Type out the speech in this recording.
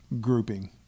grouping